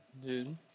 Dude